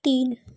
तीन